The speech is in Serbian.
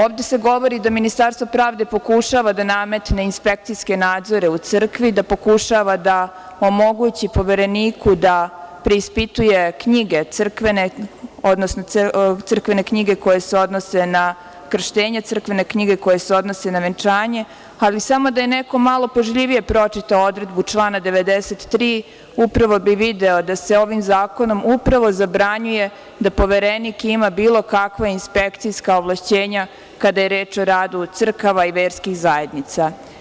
Ovde se govori da Ministarstvo pravde pokušava da nametne inspekcijske nadzore u Crkvi, da pokušava da omogući Povereniku da preispituje knjige crkvene, odnosno crkvene knjige koje se odnose na krštenje, crkvene knjige koje se odnose na venčanje, ali samo da je neko malo pažljivije pročitao odredbu člana 93 upravo bi video da se ovim zakonom upravo zabranjuje da poverenik ima bilo kakva inspekcijska ovlašćenja, kada je reč o radu crkava i verskih zajednica.